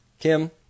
Kim